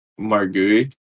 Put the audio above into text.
margui